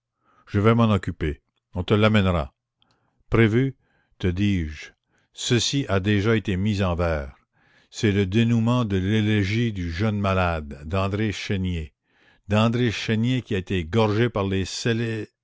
je vais m'en occuper on te l'amènera prévu te dis-je ceci a déjà été mis en vers c'est le dénouement de l'élégie du jeune malade d'andré chénier d'andré chénier qui a été égorgé par les